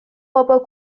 بابا